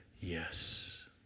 yes